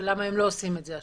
למה הם לא עושים את זה.